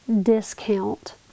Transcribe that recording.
discount